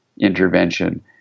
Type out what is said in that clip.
intervention